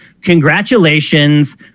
Congratulations